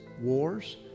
Wars